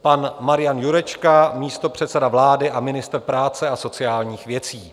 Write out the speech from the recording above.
. Pan Marian Jurečka, místopředseda vlády a ministr práce a sociálních věcí.